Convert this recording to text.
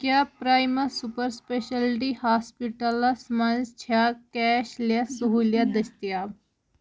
کیٛاہ پرٛایما super specialty hospitals مَنٛز چھا کیش لٮ۪س سہوٗلیِت دٔستِیاب